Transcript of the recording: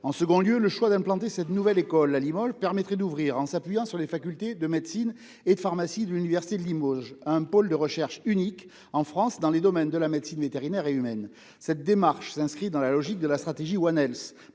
En second lieu, le choix d'implanter cette nouvelle école à Limoges permettrait d'ouvrir, en s'appuyant sur les facultés de médecine et de pharmacie de l'université de Limoges, un pôle de recherche unique en France dans les domaines de la médecine vétérinaire et humaine. Cette démarche s'inscrit dans la logique de la stratégie One Health,